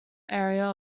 area